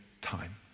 time